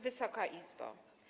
Wysoka Izbo!